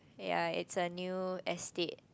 ya it's a new estate